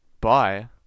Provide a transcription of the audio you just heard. Bye